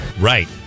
Right